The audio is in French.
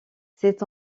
c’est